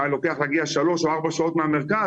שהיה לוקח להגיע שלוש או ארבע שעות מהמרכז,